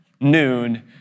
noon